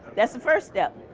that's the first step,